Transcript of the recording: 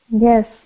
Yes